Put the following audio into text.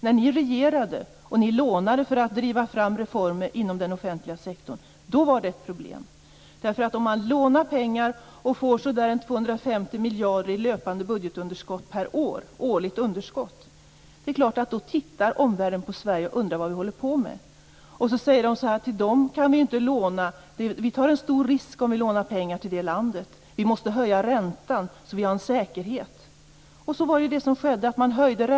När ni regerade och lånade för att driva fram reformer inom den offentliga sektorn var det problem. Om man lånar pengar och det blir kanske 250 miljarder kronor i löpande budgetunderskott, i årligt underskott, tittar självfallet omvärlden på Sverige och undrar vad vi håller på med. Man säger då: Till dem kan vi inte låna ut pengar. Vi tar en stor risk om vi lånar ut pengar till det landet. Vi måste höja räntan så att vi har en säkerhet. Det var också vad som skedde. Räntan höjdes.